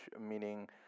meaning